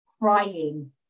crying